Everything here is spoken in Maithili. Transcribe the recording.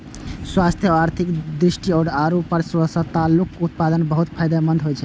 स्वास्थ्य आ आर्थिक दृष्टि सं आड़ू अथवा सतालूक उत्पादन बहुत फायदेमंद होइ छै